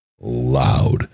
loud